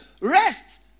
rest